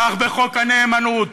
כך בחוק הנאמנות,